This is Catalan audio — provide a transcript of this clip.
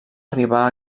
arribar